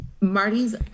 marty's